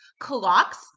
clocks